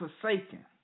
forsaken